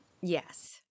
Yes